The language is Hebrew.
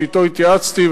שאתו התייעצתי,